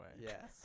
yes